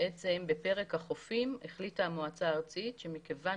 בפרק החופים החליטה המועצה הארצית שמכיוון